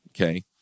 Okay